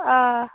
آ